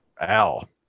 Al